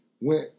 went